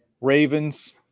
Ravens